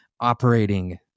operating